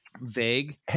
vague